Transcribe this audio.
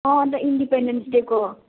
अँ अन्त इन्डिपेन्डेन्स डेको